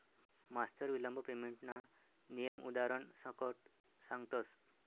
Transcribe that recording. मास्तर विलंब पेमेंटना नियम उदारण सकट सांगतस